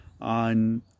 on